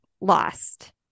lost